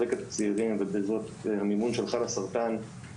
חצי שנה לפחות לא מגיעים לקולונוסקופיה אפילו עם דם סמוי